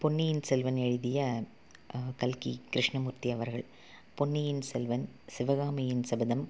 பொன்னியின் செல்வன் எழுதிய கல்கி கிருஷ்ணமூர்த்தி அவர்கள் பொன்னியின் செல்வன் சிவகாமியின் சபதம்